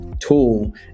tool